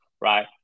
right